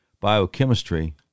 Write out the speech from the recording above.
biochemistry